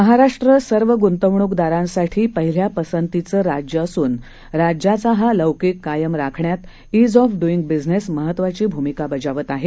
महाराष्ट्र सर्व गुंतवणूकदारांसाठी पहिल्या पसंतीचे राज्य असून राज्याचा हा लौकीक कायम राखण्यात ईज ऑफ डुईग बिजनेस महत्वाची भूमिका बजावत आहे